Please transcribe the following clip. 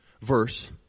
verse